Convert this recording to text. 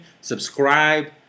Subscribe